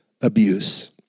abuse